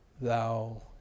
thou